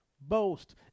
boast